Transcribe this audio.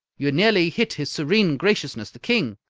you nearly hit his serene graciousness the king!